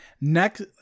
next